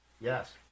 Yes